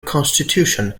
constitution